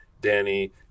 Danny